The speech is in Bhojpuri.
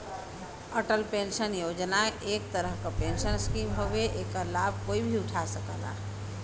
अटल पेंशन योजना एक तरह क पेंशन स्कीम हउवे एकर लाभ कोई भी उठा सकला